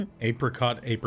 Apricot